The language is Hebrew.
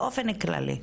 באופן כללי.